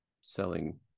selling